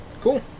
Cool